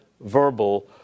verbal